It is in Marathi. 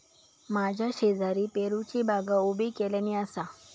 माझ्या शेजारी पेरूची बागा उभी केल्यानी आसा